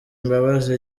imbabazi